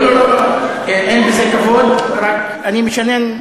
לא לא לא, אין בזה כבוד, רק, אני משנן מתמטיקה.